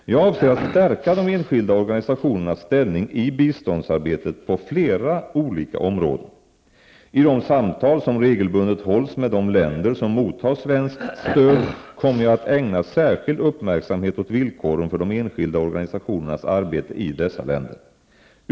Jag avser att stärka de enskilda organisationernas ställning i biståndsarbetet på flera olika områden. I de samtal som regelbundet hålls med de länder som mottar svenskt stöd kommer jag att ägna särskild uppmärksamhet åt villkoren för de enskilda organisationernas arbete i dessa länder.